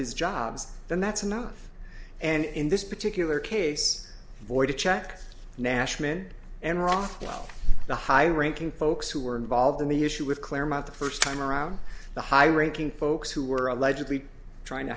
his jobs then that's enough and in this particular case voided check nash men and rockwell the high ranking folks who were involved in the issue of claremont the first time around the high ranking folks who were allegedly trying to